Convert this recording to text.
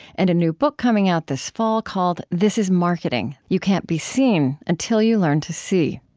and a new book coming out this fall called this is marketing you can't be seen until you learn to see